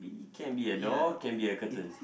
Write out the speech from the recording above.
it can be door can be a curtain